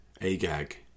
Agag